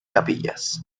capillas